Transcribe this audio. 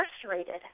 frustrated